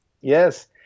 yes